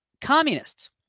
communists